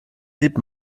sieht